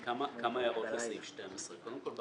כמה הערות לגבי סעיף 12. קודם כול,